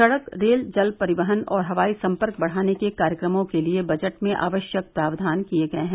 सड़क रेल जल परिवहन और हवाई संपर्क बढ़ाने के कार्यक्रमों के लिए बजट में आवश्यक प्रावधान किए गए हैं